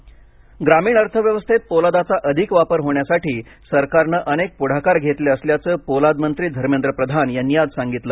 पोलाद ग्रामीण अर्थव्यवस्थेत पोलादाचा अधिक वापर होण्यासाठी सरकारनं अनेक पुढाकार घेतले असल्याचं पोलाद मंत्री धर्मेंद्र प्रधान यांनी आज सांगितलं